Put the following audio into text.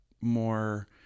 more